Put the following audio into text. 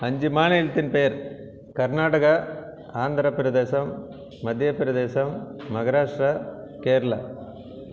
அஞ்சு மாநிலத்தின் பெயர் கர்நாடகா ஆந்திர பிரதேசம் மத்திய பிரதேசம் மகராஷ்டரா கேரளா